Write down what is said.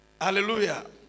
Hallelujah